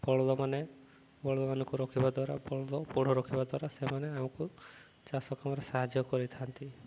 ବଳଦ ମାନେ ବଳଦମାନଙ୍କୁ ରଖିବା ଦ୍ୱାରା ବଳଦ ପୋଢ଼ ରଖିବା ଦ୍ୱାରା ସେମାନେ ଆମକୁ ଚାଷ କାମରେ ସାହାଯ୍ୟ କରିଥାନ୍ତି